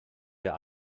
wir